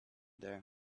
there